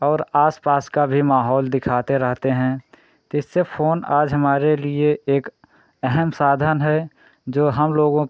और आस पास का भी माहौल दिखाते रहते हैं तो इससे फ़ोन आज हमारे लिए एक अहम साधन है जो हम लोगों